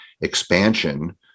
expansion